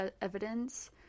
evidence